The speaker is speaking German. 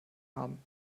haben